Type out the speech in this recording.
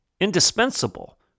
indispensable